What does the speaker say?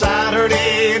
Saturday